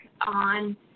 on